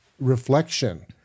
reflection